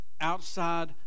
outside